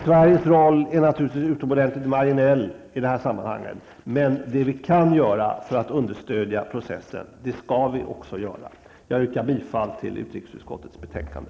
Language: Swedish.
Sveriges roll i detta sammanhang är naturligtvis utomordentligt marginell, men det vi kan göra för att understödja processen skall vi också göra. Jag yrkar bifall till utskottets hemställan i utrikesutskottets betänkande.